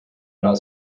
not